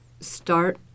start